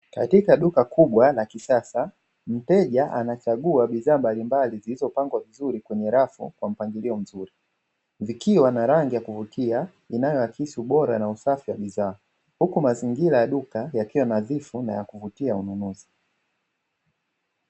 Katika duka kubwa la kisasa mteja anachagua bidhaa mbalimbali zilizopangwa vizuri kwenye rafu kwa mpangilio mzuri, vikiwa na rangi ya kuvutia inayoakisi bora na usafi wa bidhaa huku mazingira ya duka yakiwa nadhifu na ya kuvutia ununuzi.